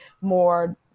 more